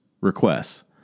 requests